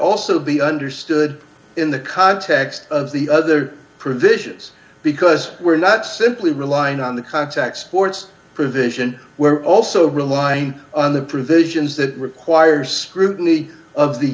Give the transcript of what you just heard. also be understood in the context of the other provisions because we're not simply relying on the contact sports provision we're also rely on the provisions that requires scrutiny of the